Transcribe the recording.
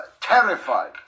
terrified